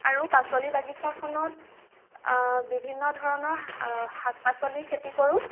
আৰু পাচলি বাগিচাখনত বিভিন্ন ধৰণৰ শাক পাচলিৰ খেতি কৰোঁ